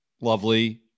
lovely